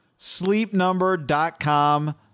Sleepnumber.com